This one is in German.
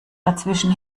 dazwischen